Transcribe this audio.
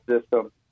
system